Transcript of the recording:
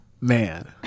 man